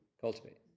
cultivate